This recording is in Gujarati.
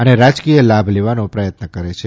અને રાજકીય લાભ લેવાનો પ્રયત્ન કરે છે